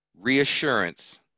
reassurance